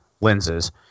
lenses